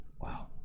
Wow